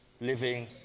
living